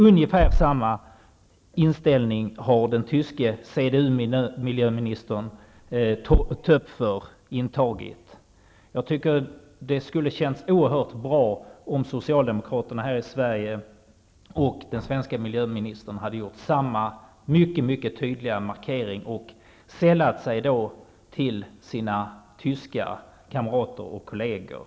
Ungefär samma inställning har den tyske miljöministern från CDU Klaus Töpfer intagit. Jag tycker att det skulle ha känts oerhört bra om socialdemokraterna här i Sverige och den svenska miljöministern hade gjort samma mycket tydliga markering och sällat sig till sina tyska kamrater och kolleger.